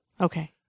Okay